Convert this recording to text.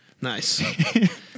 Nice